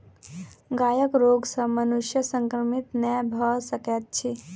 गायक रोग सॅ मनुष्य संक्रमित नै भ सकैत अछि